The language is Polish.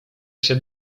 się